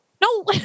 No